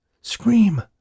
Scream